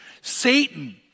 Satan